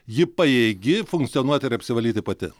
ji pajėgi funkcionuoti ir apsivalyti pati